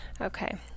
Okay